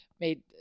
made